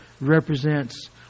represents